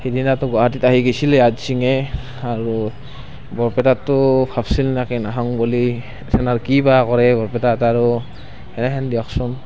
সেইদিনাটো গুৱাহাটীত আহি গৈছিলে অৰিজিট সিঙে আৰু বৰপেটাততো ভাবিছিল নেকি নাহো বুলি কি বা কৰে বৰপেটাত আৰু সেনেহেন দিয়কচোন